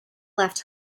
left